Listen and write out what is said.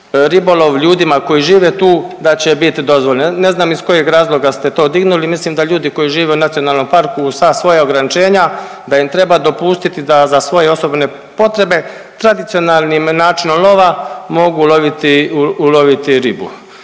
ribolov ljudima koji žive tu da će bit dozvoljen. Ne znam iz kojeg razloga ste to dignuli. Mislim da ljudi koji žive u nacionalnom parku uz sva dvoja ograničenja, da im treba dopustiti da za svoje osobne potrebe tradicionalnim načinom lova mogu uloviti ribu.